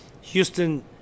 Houston